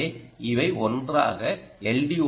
எனவே இவை ஒன்றாக எல்